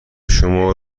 شما